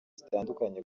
zitandukanye